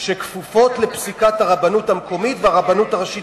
שכפופות לפסיקת הרבנות המקומית והרבנות הראשית